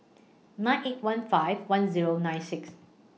nine eight one five one Zero nine six